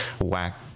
whack